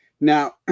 Now